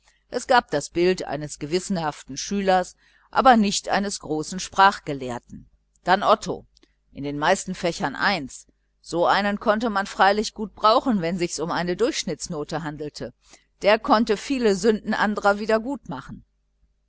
es gab das bild eines gewissenhaften schülers aber nicht eines großen sprachgelehrten dann otto in den meisten fächern i so einen konnte man freilich gut brauchen wenn sich's um eine durchschnittsnote handelte der konnte viele sünden anderer gut